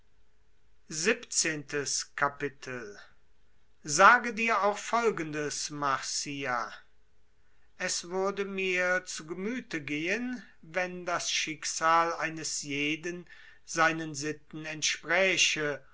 sage dir auch folgendes marcia es würde mir zu gemüthe gehen wenn das schicksal eines jeden seinen sitten entspräche